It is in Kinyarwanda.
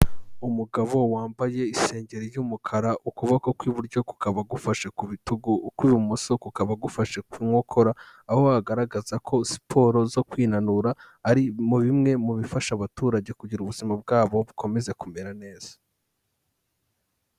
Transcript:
Umugabo wambaye isengeri y'umukara, ukuboko kw'iburyo kukaba gufashe ku bitugu u kw'ibumoso kukaba gufashe ku nkokora, aho agaragaza ko siporo zo kwinanura ari bimwe mu bifasha abaturage kugira ubuzima bwabo bukomeze kumera neza.